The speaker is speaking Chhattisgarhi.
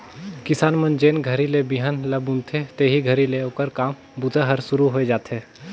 किसान मन जेन घरी ले बिहन ल बुनथे तेही घरी ले ओकर काम बूता हर सुरू होए जाथे